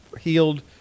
healed